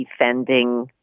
defending